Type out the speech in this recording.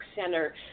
center